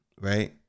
Right